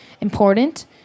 important